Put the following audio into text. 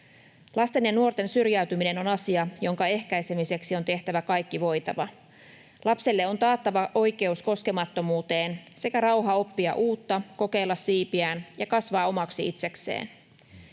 Lasten ja nuorten syrjäytyminen on asia, jonka ehkäisemiseksi on tehtävä kaikki voitava. Lapselle on taattava oikeus koskemattomuuteen sekä rauha oppia uutta, kokeilla siipiään ja kasvaa omaksi itsekseen.